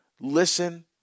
listen